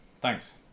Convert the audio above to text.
Thanks